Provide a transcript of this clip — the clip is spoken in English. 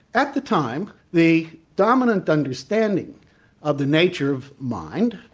at the time, the dominant understanding of the nature of mind,